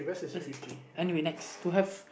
best is three anyway next to have